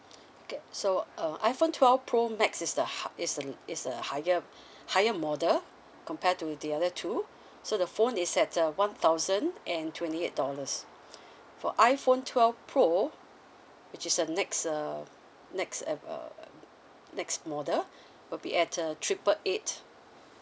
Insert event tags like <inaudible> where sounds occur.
<breath> okay so uh iphone twelve pro max is the high it's the it's the higher <breath> higher model compared to the other two <breath> so the phone is at the one thousand and twenty eight dollars <breath> for iphone twelve pro which is the next uh next have uh next model <breath> will be at a triple eight